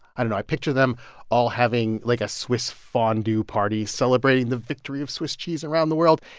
i don't know, i picture them all having, like, a swiss fondue party celebrating the victory of swiss cheese around the world.